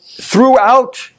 throughout